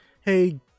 hey